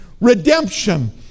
redemption